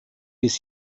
bis